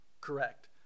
Correct